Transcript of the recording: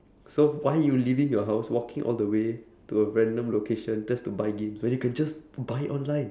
so why you leaving your house walking all the way to a random location just to buy games when you can just buy it online